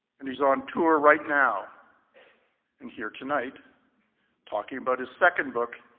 and he's on tour right now and here tonight talking about his second book,